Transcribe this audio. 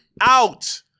out